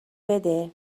بده